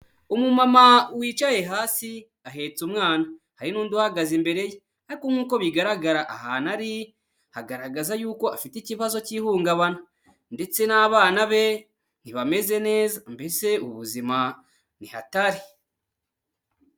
Umumama wicaye hasi ahetse umwana. Hari n'undi uhagaze imbere ye. Ariko nk'uko bigaragara ahantu ari hagaragaza yuko afite ikibazo cy'ihungabana ndetse n'abana be ntibameze neza mbese ubuzima ntihatari.